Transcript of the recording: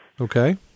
Okay